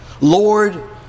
Lord